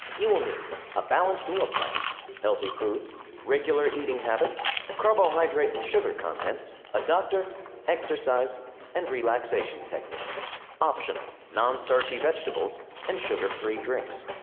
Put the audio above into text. you will need a balanced meal plan healthy foods regular eating habits carbohydrate and sugar contents a doctor exercise and relaxation techniques non-starchy vegetables and sugar-free drinks